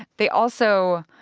they also